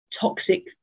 toxic